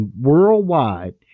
worldwide